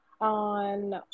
on